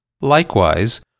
Likewise